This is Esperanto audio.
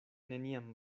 neniam